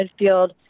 midfield